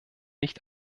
nicht